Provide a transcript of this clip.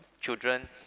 children